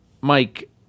Mike